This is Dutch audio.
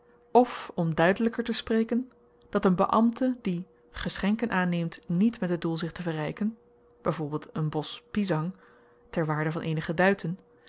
of om duidelyker te spreken dat een beambte die geschenken aanneemt niet met het doel zich te verryken by voorbeeld een bos pisang ter waarde van eenige